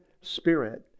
spirit